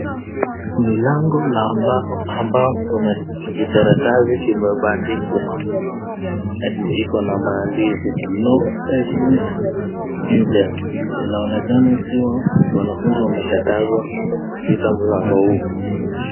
Ni lango ya mbao ambayo kuna kijikaratasi badikwa kimeandikwa NO ENTRY FOR STUDENTS inaonekana kuwa wanafunzi wamekatazwa kupita mlango huu.